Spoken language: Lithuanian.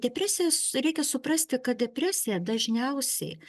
depresijas reikia suprasti kad depresija dažniausiai